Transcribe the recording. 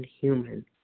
human